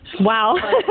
Wow